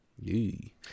Yee